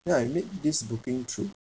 ya we made this booking through